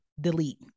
delete